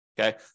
okay